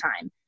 time